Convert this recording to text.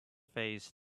phase